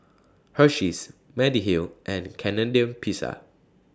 Hersheys Mediheal and Canadian Pizza